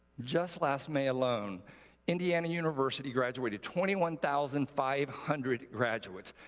just last may alone indiana university graduated twenty one thousand five hundred graduates.